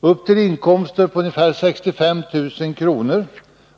För inkomster upp till 65 000 kr.